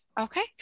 Okay